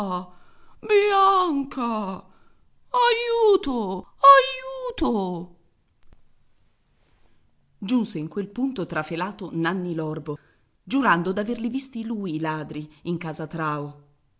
bianca aiuto aiuto giunse in quel punto trafelato nanni l'orbo giurando d'averli visti lui i ladri in casa trao